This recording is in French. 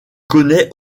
connais